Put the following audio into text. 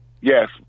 Yes